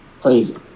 Crazy